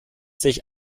sich